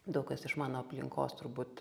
daug kas iš mano aplinkos turbūt